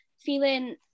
feeling